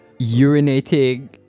urinating